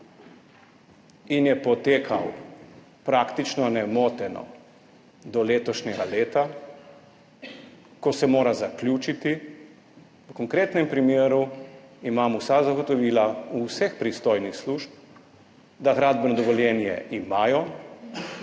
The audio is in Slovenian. in je potekal praktično nemoteno do letošnjega leta, ko se mora zaključiti. V konkretnem primeru imam vsa zagotovila vseh pristojnih služb, da gradbeno dovoljenje imajo,